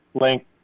link